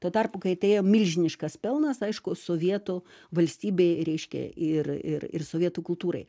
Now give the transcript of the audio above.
tuo tarpu kai atėjo milžiniškas pelnas aišku sovietų valstybei reiškia ir ir ir sovietų kultūrai